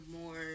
more